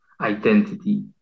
identity